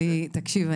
תקשיב,